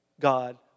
God